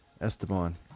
Esteban